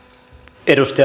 arvoisa